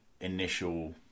initial